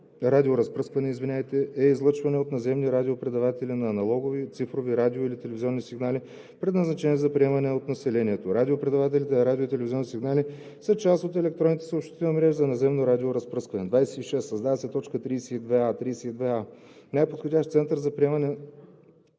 радиоразпръскване“ е излъчване от наземни радиопредаватели на аналогови/цифрови радио- или телевизионни сигнали, предназначени за приемане от населението. Радиопредавателите на радио- и телевизионни сигнали са част от електронните съобщителни мрежи за наземно радиоразпръскване.“ 26. Създава се т. 32а: „32а. „Най-подходящ център за приемане